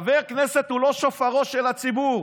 חבר כנסת הוא לא שופרו של הציבור,